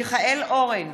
מיכאל אורן,